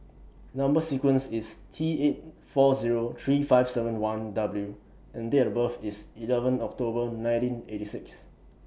Number sequence IS T eight four Zero three five seven one W and Date of birth IS eleven October nineteen eight six